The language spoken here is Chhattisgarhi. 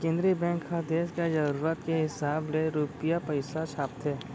केंद्रीय बेंक ह देस के जरूरत के हिसाब ले रूपिया पइसा छापथे